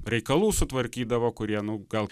reikalų sutvarkydavo kurie nu gal